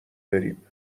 بریم